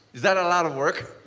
is that a lot of work?